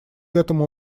этому